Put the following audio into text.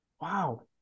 wow